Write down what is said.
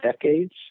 decades